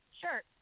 Sure